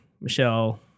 Michelle